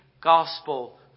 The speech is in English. gospel